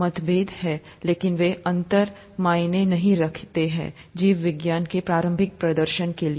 मतभेद हैं लेकिन वे अंतर मायने नहीं रखेंगे जीव विज्ञान के प्रारंभिक प्रदर्शन के लिए